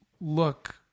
look